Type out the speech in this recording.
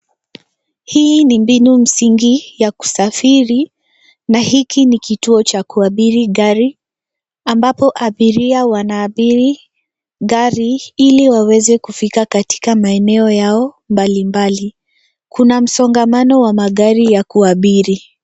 Hii ni mbinu msingi ya kusafiri na hiki ni kituo cha kuabiri gari ambapo abiria wanaabiri gari ili waweze kufika katika maeneo yao mbalimbali. Kuna msongamano wa magari ya kuabiri.